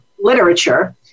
literature